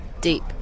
Deep